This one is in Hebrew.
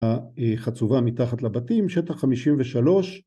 חצובה מתחת לבתים שטח חמישים ושלוש